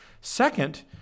Second